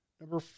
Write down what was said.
number